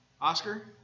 Oscar